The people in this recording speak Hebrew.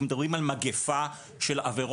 זה נכון שבמקטע של ההובלה הימית רק לגבי